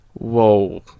whoa